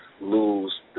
lose